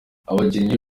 abakinnyi